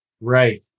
Right